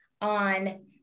on